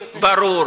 ברור.